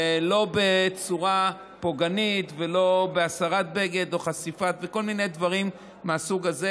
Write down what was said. ולא בצורה פוגענית ולא בהסרת בגד או חשיפה וכל מיני דברים מהסוג הזה.